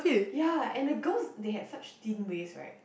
ya and the girls they had such thin waist right